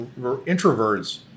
introverts